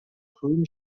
whom